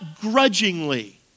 grudgingly